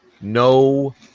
no